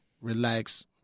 relax